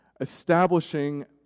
establishing